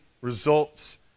results